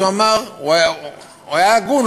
אז הוא היה הגון,